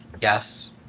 yes